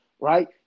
right